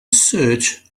search